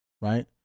right